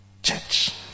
church